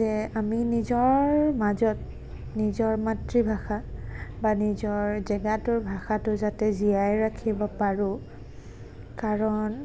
যে আমি নিজৰ মাজত নিজৰ মাতৃভাষা বা নিজৰ জেগাটোৰ ভাষাটো যাতে জীয়াই ৰাখিব পাৰোঁ কাৰণ